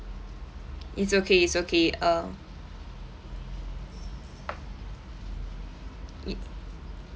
it's okay it's okay um it